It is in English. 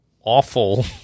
awful